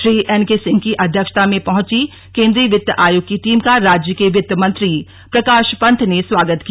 Shri N K Singh की अध्यक्षता में पहुंची केंद्रीय वित्त आयोग की टीम का राज्य के वित्त मंत्री प्रकाश पंत ने स्वागत किया